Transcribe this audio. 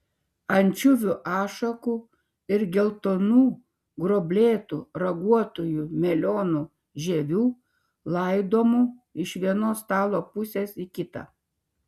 ančiuvių ašakų ir geltonų gruoblėtų raguotųjų melionų žievių laidomų iš vienos stalo pusės į kitą